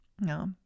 no